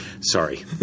Sorry